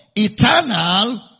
Eternal